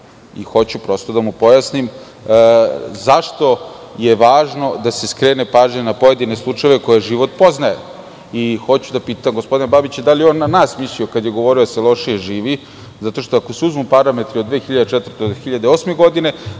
Hoću prosto da mu pojasnim zašto je važno da se skrene pažnja na pojedine slučajeve, koje život poznaje, i hoću da pitam gospodina Babića da li je na nas mislio kada je govorio da se lošije živi, zato što ako se uzmu parametri od 2004. do 2008. godine,